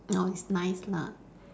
orh it's nice lah